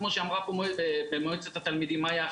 כמו שאמרה מאיה החמודה ממועצת התלמידים.